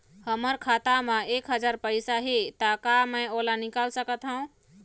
हमर खाता मा एक हजार पैसा हे ता का मैं ओला निकाल सकथव?